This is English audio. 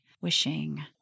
wishing